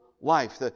life